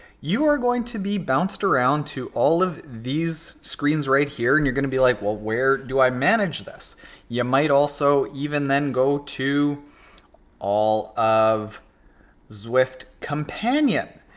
you are going to be bounced around to all of these screens right here. and you're going to be like, well where do i manage this you might also, even then, go to all of zwift companion.